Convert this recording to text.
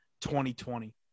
2020